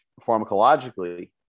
pharmacologically